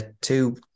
two